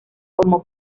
formó